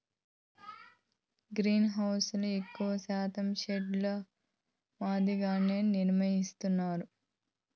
గ్రీన్హౌస్లను ఎక్కువ శాతం షెడ్ ల మాదిరిగానే నిర్మిత్తారు